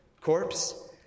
corpse